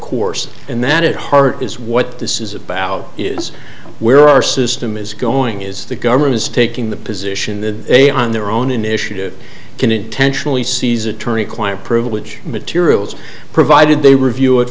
course and that at heart is what this is about is where our system is going is the government is taking the position that a on their own initiative can intentionally seize attorney client privilege materials provided they review it